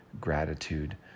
gratitude